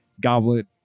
Goblet